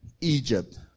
Egypt